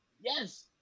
yes